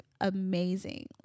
amazing